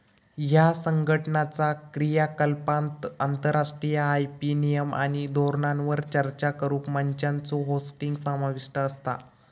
ह्या संघटनाचा क्रियाकलापांत आंतरराष्ट्रीय आय.पी नियम आणि धोरणांवर चर्चा करुक मंचांचो होस्टिंग समाविष्ट असता